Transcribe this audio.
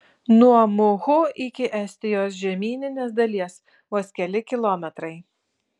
nuo muhu iki estijos žemyninės dalies vos keli kilometrai